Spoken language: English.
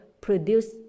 produce